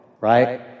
right